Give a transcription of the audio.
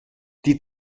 die